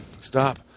Stop